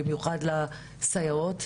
במיוחד לסייעות.